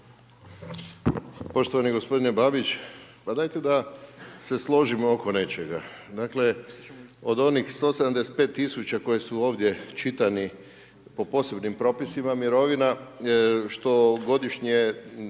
Poštovani gospodine Babić pa dajte da se složimo oko nečega, dakle od onih 175 000 koji su ovdje čitani po posebnim propisima mirovina što godišnje,